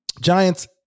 giants